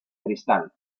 cristal